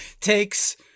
takes